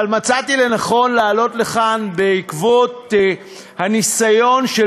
אבל מצאתי לנכון לעלות לכאן בעקבות הניסיון של